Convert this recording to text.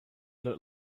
look